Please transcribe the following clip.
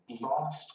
Lost